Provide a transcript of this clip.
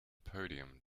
podium